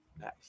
nice